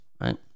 right